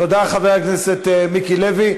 תודה, חבר הכנסת מיקי לוי.